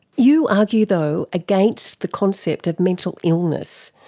you argue, though, against the concept of mental illness.